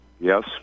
yes